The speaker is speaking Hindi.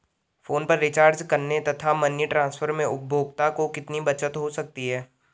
फोन पर रिचार्ज करने तथा मनी ट्रांसफर में उपभोक्ता को कितनी बचत हो सकती है?